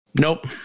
nope